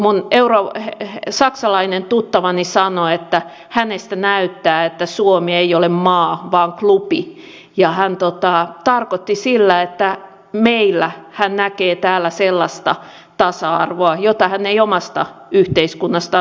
yksi minun saksalainen tuttavani sanoi että hänestä näyttää että suomi ei ole maa vaan klubi ja hän tarkoitti sillä että meillä täällä hän näkee sellaista tasa arvoa jota hän ei omasta yhteiskunnastaan tunnista